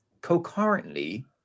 concurrently